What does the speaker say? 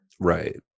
Right